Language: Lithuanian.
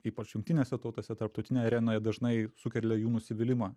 ypač jungtinėse tautose tarptautinėj arenoje dažnai sukelia jų nusivylimą